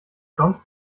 kommt